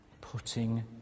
Putting